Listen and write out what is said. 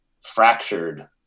fractured